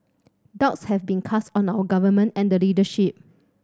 doubts have been cast on our Government and the leadership